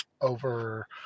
over